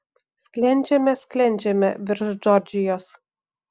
sklendžiame sklendžiame virš džordžijos